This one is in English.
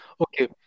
Okay